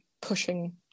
pushing